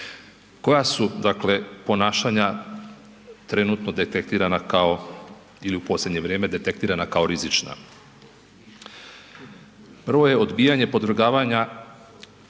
Koja su, dakle ponašanja trenutno detektirana kao ili u posljednje vrijeme, detektirana kao rizična? Prvo je odbijanje podvrgavanja,